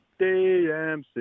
DMC